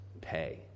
pay